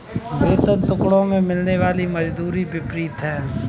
वेतन टुकड़ों में मिलने वाली मजदूरी के विपरीत है